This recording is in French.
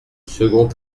second